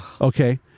okay